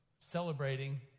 celebrating